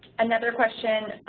another question.